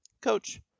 Coach